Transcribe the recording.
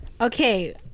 okay